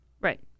right